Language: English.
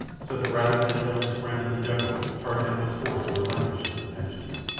so that rather than kill his friend of the jungle, tarzan was forced to relinquish his intentions.